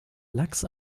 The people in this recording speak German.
lachs